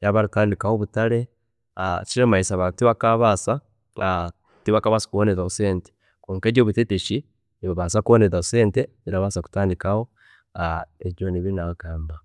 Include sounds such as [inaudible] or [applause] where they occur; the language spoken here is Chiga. yaaba baratandikaho obutare, ekiramanyiisa abantu tibakabaasa kubona ezo sente kwonka ebyobutegyeki birabaasa kubona ezo sente zirabaasa kutandikaho [hesitation] ebyo byoona ebi nagamba.